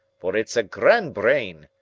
for it's a grand brain!